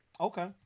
Okay